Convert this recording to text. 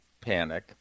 panic